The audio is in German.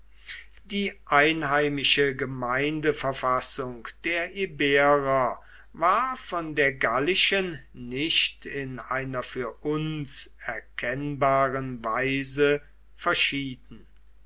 die einheimische gemeindeverfassung der iberer war von der gallischen nicht in einer für uns erkennbaren weise verschieden